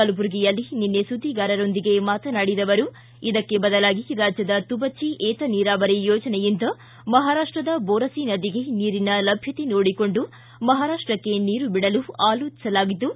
ಕಲಬುರಗಿಯಲ್ಲಿ ನಿನ್ನೆ ಸುದ್ವಿಗಾರರೊಂದಿಗೆ ಮಾತನಾಡಿದ ಅವರು ಇದಕ್ಕೆ ಬದಲಾಗಿ ರಾಜ್ವದ ತುಬಚಿ ಏತ ನೀರಾವರಿ ಯೋಜನೆಯಿಂದ ಮಹಾರಾಷ್ಟದ ಮೋರಸಿ ನದಿಗೆ ನೀರಿನ ಲಭ್ಯತೆ ನೋಡಿಕೊಂಡು ಮಹಾರಾಷ್ಷಕ್ಕೆ ನೀರು ಬಿಡಲು ಆಲೋಚಿಸಲಾಗಿದ್ದು